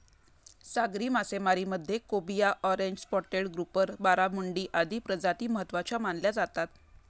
सागरी मासेमारीमध्ये cobia, orange spotted grouper, barramundi आदी प्रजाती महत्त्वाच्या मानल्या जातात